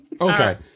Okay